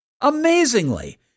Amazingly